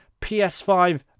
PS5